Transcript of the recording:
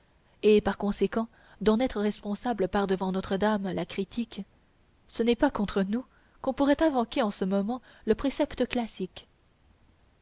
et par conséquent d'en être responsable par-devant notre-dame la critique ce n'est pas contre nous qu'on pourrait invoquer en ce moment le précepte classique